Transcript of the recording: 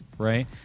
Right